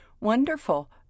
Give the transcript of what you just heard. Wonderful